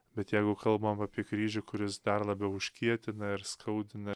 bet jeigu kalbam apie kryžių kuris dar labiau užkietina ir skaudina ir